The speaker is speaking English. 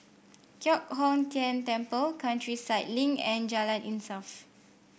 Giok Hong Tian Temple Countryside Link and Jalan Insaf